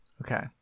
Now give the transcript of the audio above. Okay